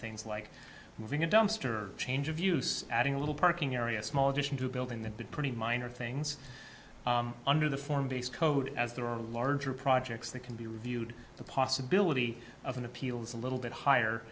things like moving a dumpster change of use adding a little parking area a small addition to a building that did pretty minor things under the form base code as there are larger projects that can be reviewed the possibility of an appeal is a little bit higher